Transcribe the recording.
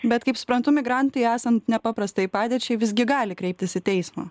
bet kaip suprantu migrantai esant nepaprastajai padėčiai visgi gali kreiptis į teismą